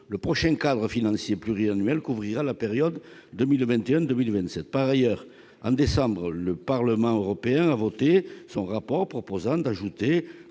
Le prochain cadre financier pluriannuel couvrira la période 2021-2027. » Par ailleurs, en décembre, le Parlement européen a adopté son rapport proposant d'ajouter